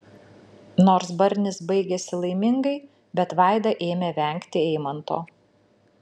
nors barnis baigėsi laimingai bet vaida ėmė vengti eimanto